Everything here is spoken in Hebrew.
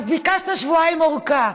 אז ביקשת שבועיים ארכה.